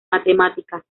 matemáticas